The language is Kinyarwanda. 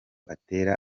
atera